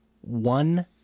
one